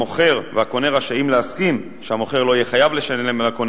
המוכר והקונה רשאים להסכים שהמוכר לא יהיה חייב לשלם לקונה